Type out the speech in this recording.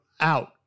out